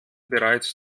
bereits